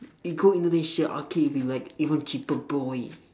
you go indonesia arcade it'll be like even cheaper boy